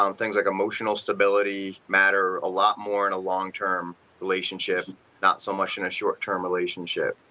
um things like emotional stability matter a lot more in a long-term relationship not so much in a short-term relationship.